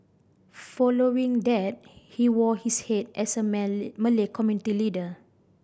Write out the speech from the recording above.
following that he wore his hat as a Malay community leader